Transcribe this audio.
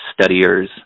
studiers